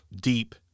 deep